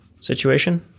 situation